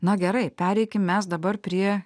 na gerai pereikim mes dabar prie